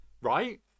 right